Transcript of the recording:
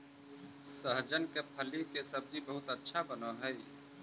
सहजन के फली के सब्जी बहुत अच्छा बनऽ हई